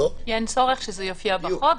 אין צורך שזה יופיע בחוק.